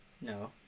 No